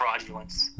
fraudulence